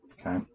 Okay